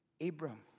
Abram